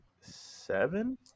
seven